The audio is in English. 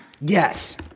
Yes